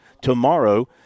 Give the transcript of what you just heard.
tomorrow